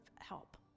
help